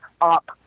up